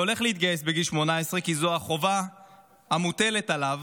שהולך להתגייס בגיל 18 כי זו החובה המוטלת עליו,